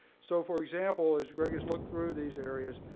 so for example, as greg has looked through these areas,